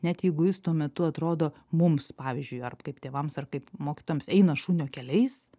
net jeigu jis tuo metu atrodo mums pavyzdžiui ar kaip tėvams ar kaip mokytojams eina šunio keliais